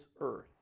earth